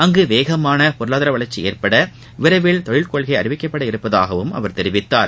அங்கு வேகமான பொருளாதார வளர்ச்சி ஏற்பட விரைவில் தொழில் கொள்கை அறிவிக்கப்படவுள்ளதாகவும் அவர் தெரிவித்தார்